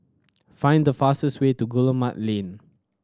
find the fastest way to Guillemard Lane